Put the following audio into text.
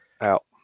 Out